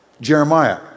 Jeremiah